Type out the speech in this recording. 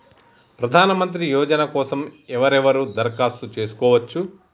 ప్రధానమంత్రి యోజన కోసం ఎవరెవరు దరఖాస్తు చేసుకోవచ్చు?